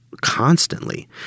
constantly